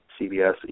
CBS